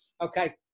Okay